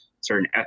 certain